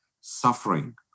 suffering